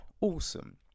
awesome